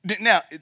Now